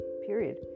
period